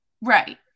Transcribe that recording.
Right